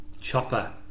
Chopper